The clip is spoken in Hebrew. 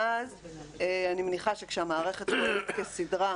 ואז אני מניחה שכאשר המערכת תעבוד כסדרה,